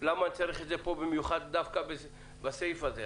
למה צריך את זה פה, במיוחד בסעיף הזה?